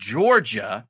Georgia